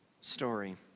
story